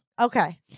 Okay